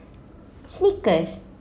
snickers